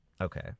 Okay